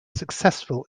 successful